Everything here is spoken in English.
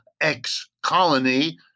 ex-colony